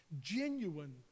genuine